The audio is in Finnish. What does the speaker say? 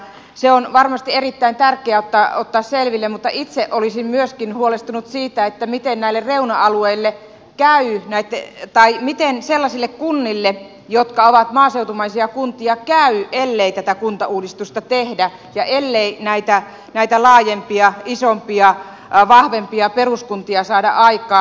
se on varmasti erittäin tärkeää ottaa selville mutta itse olisin myöskin huolestunut siitä miten näille reuna alueille kään näyte epäili käy sellaisille kunnille jotka ovat maaseutumaisia kuntia ellei tätä kuntauudistusta tehdä ja ellei näitä laajempia isompia vahvempia peruskuntia saada aikaan